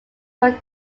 were